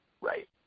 Right